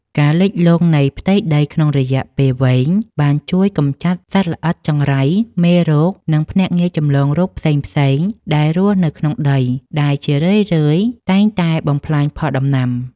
ការលិចលង់នៃផ្ទៃដីក្នុងរយៈពេលវែង បានជួយកម្ចាត់សត្វល្អិតចង្រៃ មេរោគ និងភ្នាក់ងារចម្លងរោគផ្សេងៗដែលរស់នៅក្នុងដី ដែលជារឿយៗតែងតែបំផ្លាញផលដំណាំ។